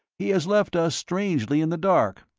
he has left us strangely in the dark.